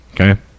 Okay